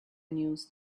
news